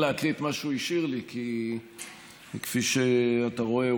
כי כפי שאתה רואה,